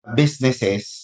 businesses